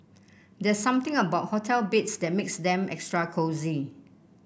there something about hotel beds that makes them extra cosy